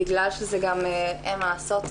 בגלל שגם אין מה לעשות,